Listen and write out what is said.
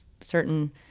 certain